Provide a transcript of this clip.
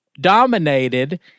dominated